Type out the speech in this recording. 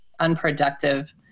unproductive